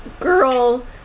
girl